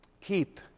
keep